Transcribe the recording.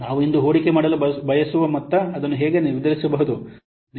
ನಾವು ಇಂದು ಹೂಡಿಕೆ ಮಾಡಲು ಬಯಸುವ ಮೊತ್ತ ಅದನ್ನು ಹೇಗೆ ನಿರ್ಧರಿಸಬಹುದು